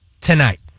tonight